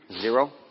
Zero